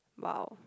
well